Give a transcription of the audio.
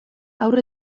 haur